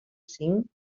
cinc